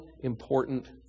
important